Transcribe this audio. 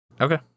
Okay